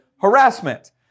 harassment